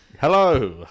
Hello